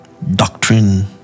Doctrine